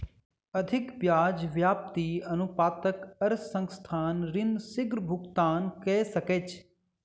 अधिक ब्याज व्याप्ति अनुपातक अर्थ संस्थान ऋण शीग्र भुगतान कय सकैछ